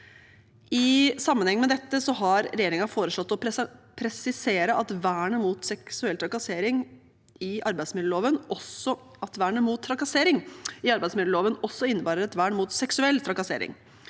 I sammenheng med dette har regjeringen foreslått å presisere at vernet mot trakassering i arbeidsmiljøloven også innebærer et vern mot seksuell trakassering,